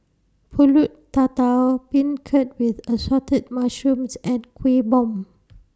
Pulut Tatal Beancurd with Assorted Mushrooms and Kuih Bom